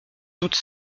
toute